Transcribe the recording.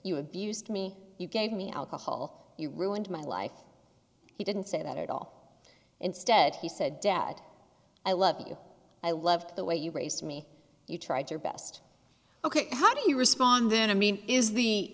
you abused me you gave me alcohol you ruined my life he didn't say that at all instead he said dad i love you i love the way you raised me you tried your best ok how do you respond then i mean is the